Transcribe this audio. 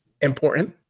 important